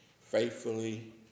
faithfully